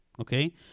okay